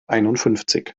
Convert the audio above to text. einundfünfzig